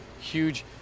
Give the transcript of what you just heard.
huge